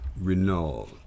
Renault